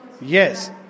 Yes